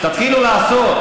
תתחילו לעשות,